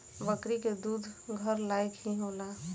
बकरी के दूध घर लायक ही होला